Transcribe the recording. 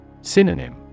Synonym